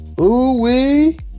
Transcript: Ooh-wee